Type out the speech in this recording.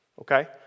okay